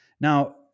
Now